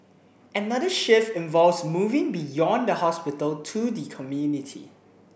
another shift involves moving beyond the hospital to the community